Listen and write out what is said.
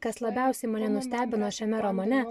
kas labiausiai mane nustebino šiame romane